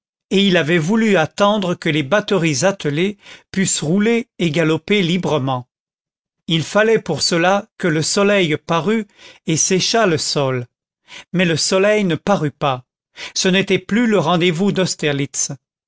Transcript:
et il avait voulu attendre que les batteries attelées pussent rouler et galoper librement il fallait pour cela que le soleil parût et séchât le sol mais le soleil ne parut pas ce n'était plus le rendez-vous d'austerlitz